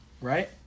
Right